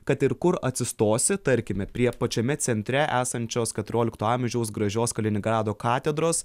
kad ir kur atsistosi tarkime prie pačiame centre esančios keturiolikto amžiaus gražios kaliningrado katedros